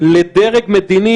לדרג מדיני,